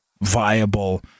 viable